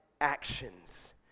actions